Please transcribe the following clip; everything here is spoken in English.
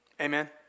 Amen